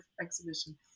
exhibition